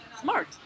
smart